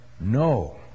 no